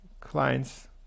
clients